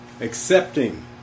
accepting